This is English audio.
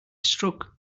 struck